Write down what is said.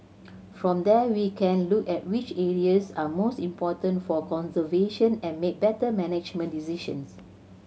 from there we can look at which areas are most important for conservation and make better management decisions